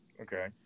Okay